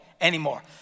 anymore